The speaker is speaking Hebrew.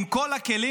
עם כל הכלים